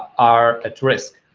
are at risk.